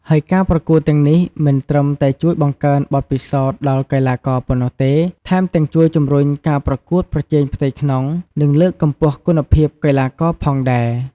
ហើយការប្រកួតទាំងនេះមិនត្រឹមតែជួយបង្កើនបទពិសោធន៍ដល់កីឡាករប៉ុណ្ណោះទេ ថែមទាំងជួយជំរុញការប្រកួតប្រជែងផ្ទៃក្នុង និងលើកកម្ពស់គុណភាពកីឡាករផងដែរ។